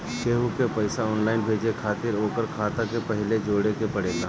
केहू के पईसा ऑनलाइन भेजे खातिर ओकर खाता के पहिले जोड़े के पड़ेला